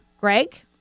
Greg